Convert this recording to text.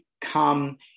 come